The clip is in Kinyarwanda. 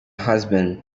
husband